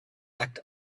act